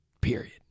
Period